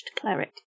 cleric